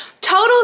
Total